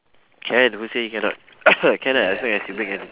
can who say you cannot can lah as long as you bring any~